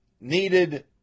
needed